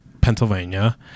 Pennsylvania